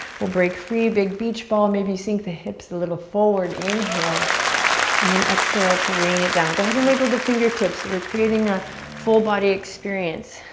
we'll break free, big beach ball, maybe sink the hips a little forward, inhale and then exhale to rain it down. go ahead and wiggle the fingertips. we're creating a full-body experience.